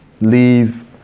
Leave